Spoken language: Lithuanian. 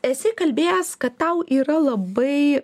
esi kalbėjęs kad tau yra labai